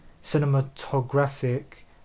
cinematographic